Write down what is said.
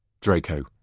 Draco